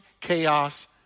chaos